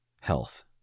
health